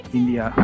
India